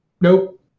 Nope